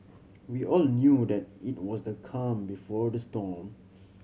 we all knew that it was the calm before the storm